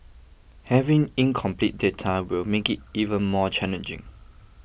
having incomplete data will make it even more challenging